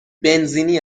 بنزینی